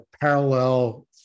parallel